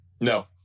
No